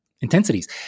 Intensities